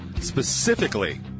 specifically